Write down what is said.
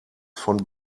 von